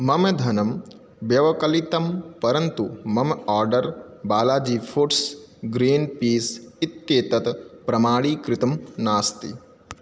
मम धनं व्यवकलितं परन्तु मम order Balaji foods green peas इत्येतत् प्रमाणीकृतं नास्ति